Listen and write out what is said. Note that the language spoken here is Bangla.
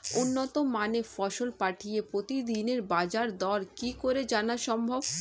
উন্নত মানের ফসল পাঠিয়ে প্রতিদিনের বাজার দর কি করে জানা সম্ভব?